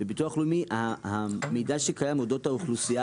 בביטוח לאומי המידע שקיים אודות האוכלוסייה